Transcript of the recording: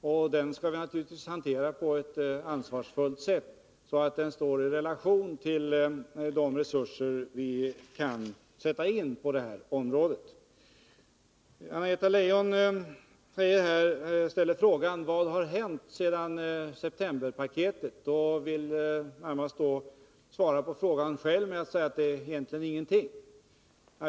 Och den skall vi naturligtvis hantera på ett ansvarsfullt sätt, så att den står i relation till de resurser vi kan sätta in på detta område. Anna-Greta Leijon ställer frågan: Vad har hänt sedan septemberpaketet kom? Hon vill närmast svara på frågan själv med att säga att det egentligen inte har hänt någonting.